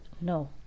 no